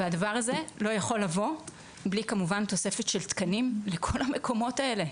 הדבר הזה לא יכול לבוא בלי כמובן תוספת של תקנים לכל המקומות האלה,